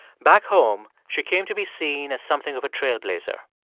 back home, she came to be seen as something of a trailblazer.